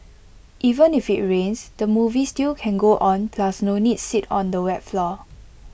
even if IT rains the movie still can go on plus no need sit on the wet floor